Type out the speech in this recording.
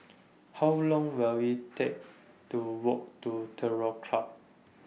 How Long Will IT Take to Walk to Terror Club